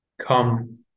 come